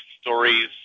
stories